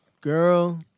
girl